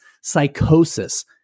psychosis